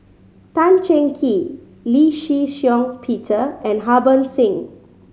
Tan Cheng Kee Lee Shih Shiong Peter and Harbans Singh